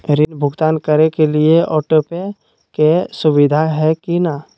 ऋण भुगतान करे के लिए ऑटोपे के सुविधा है की न?